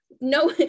no